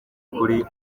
kuri